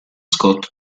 scott